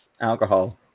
alcohol